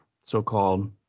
so-called